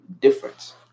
difference